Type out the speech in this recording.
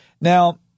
Now